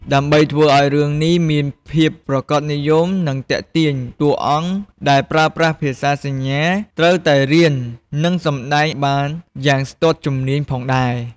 ដើម្បីធ្វើឱ្យរឿងនេះមានភាពប្រាកដនិយម និងទាក់ទាញ តួអង្គដែលប្រើប្រាស់ភាសាសញ្ញាត្រូវតែរៀន និងសម្ដែងបានយ៉ាងស្ទាត់ជំនាញផងដែរ ។